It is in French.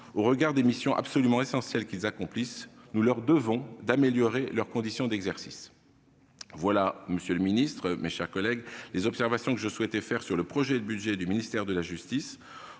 Au regard des missions absolument essentielles que ceux-ci accomplissent, nous leur devons d'améliorer leurs conditions d'exercice. Telles sont, monsieur le garde des sceaux, mes chers collègues, les observations que je souhaitais formuler sur le projet de budget du ministère de la justice.